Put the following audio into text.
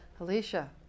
Alicia